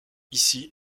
ici